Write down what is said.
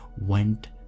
went